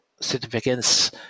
significance